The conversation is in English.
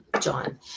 John